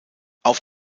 auf